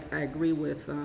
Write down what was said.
i agree with.